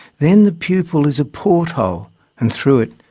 then the pupil is a porthole and through it,